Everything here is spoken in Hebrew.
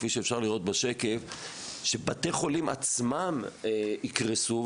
כפי שאפשר לראות בשקף בתי חולים עצמם יקרסו.